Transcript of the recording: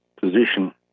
position